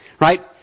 Right